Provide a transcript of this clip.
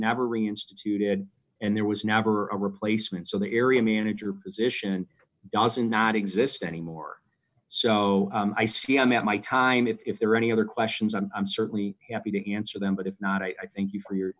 never reinstituted and there was never a replacement so the area manager position doesn't not exist anymore so i see i'm at my time if there are any other questions i'm certainly happy to answer them but if not i thank you for your